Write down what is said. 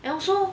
and also